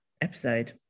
episode